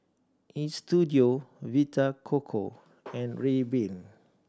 Istudio Vita Coco and Rayban